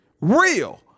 real